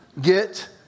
get